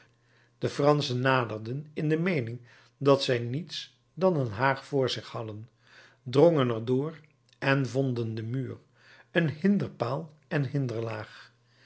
de franschen naderden in de meening dat zij niets dan een haag voor zich hadden drongen er door en vonden den muur een hinderpaal en